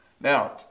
Now